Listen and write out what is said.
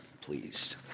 pleased